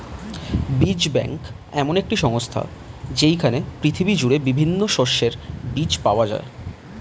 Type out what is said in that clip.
বীজ ব্যাংক এমন একটি সংস্থা যেইখানে পৃথিবী জুড়ে বিভিন্ন শস্যের বীজ পাওয়া যায়